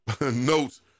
notes